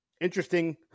Interesting